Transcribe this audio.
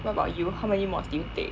what about you how many mods do you take